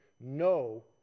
No